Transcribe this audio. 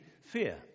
fear